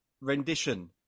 rendition